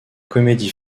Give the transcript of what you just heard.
comédie